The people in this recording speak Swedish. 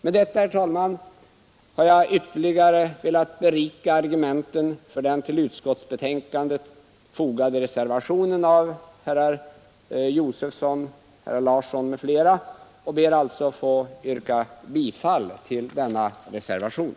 Med detta, herr talman, har jag ytterligare velat berika argumenten för den till utskottsbetänkandet fogade reservationen av herrar Josefson i Arrie och Larsson i Umeå m.fl., och jag ber alltså att få yrka bifall till denna reservation.